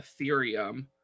Ethereum